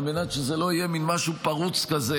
על מנת שזה לא יהיה מעין משהו פרוץ כזה.